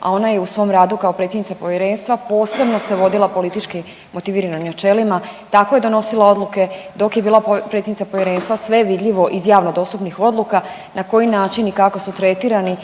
a ona je u svom radu kao predsjednica povjerenstva posebno se vodila politički motiviranim načelima, tako je donosila odluke dok je bila predsjednica povjerenstva, sve je vidljivo iz javno dostupnih odluka na koji način i kako su tretirani